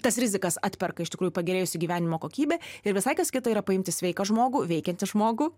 tas rizikas atperka iš tikrųjų pagerėjusi gyvenimo kokybė ir visai kas kita yra paimti sveiką žmogų veikiantį žmogų